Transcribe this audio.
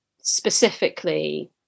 specifically